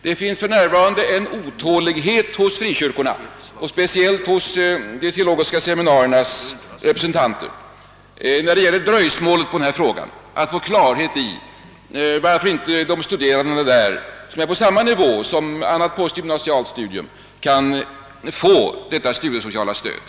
Det råder för närvarande otålighet hos frikyrkorna och speciellt hos de teologiska seminariernas representanter när det gäller dröjsmålet med att få klarhet i varför inte de studerande där, vilka är på samma nivå som de som bedriver andra postgymnasiala studier, kan få detta studiesociala stöd.